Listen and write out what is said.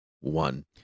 one